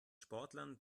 sportlern